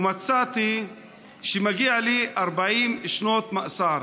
ומצאתי שמגיעות לי 40 שנות מאסר.